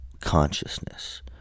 consciousness